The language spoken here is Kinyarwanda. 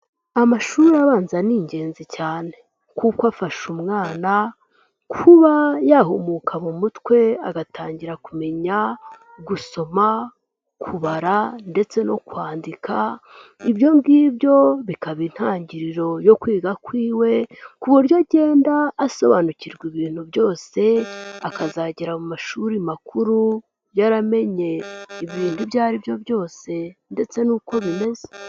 Amashuri abanza nigenzi cyane, kuko afasha umwana kuba yahumuka mu mutwe agatangira kumenya gusoma, kubara, ndetse no kwandika, ibyo ngibyo bikaba intangiriro yo kwiga kwiwe, ku buryo agenda asobanukirwa ibintu byose, akazagera mu mashuri makuru yaramenye ibintu ibyo aribyo byose, ndetse n'uko bimeze.